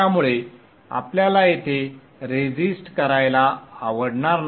त्यामुळे आपल्याला इथे रेसिस्ट करायला आवडणार नाही